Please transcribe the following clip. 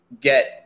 get